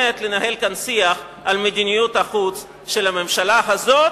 לנהל כאן שיח על מדיניות החוץ של הממשלה הזאת,